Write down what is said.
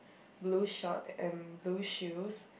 blue short and blue shoes